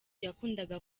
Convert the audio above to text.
yakundaga